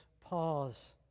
pause